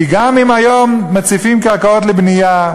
כי גם אם היום מציפים קרקעות לבנייה,